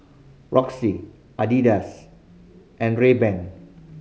Roxy Adidas and Rayban